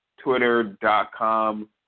twitter.com